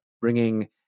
bringing